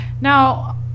now